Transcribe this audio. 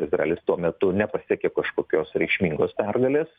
izraelis tuo metu nepasiekė kažkokios reikšmingos pergalės